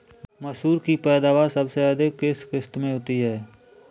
मसूर की पैदावार सबसे अधिक किस किश्त में होती है?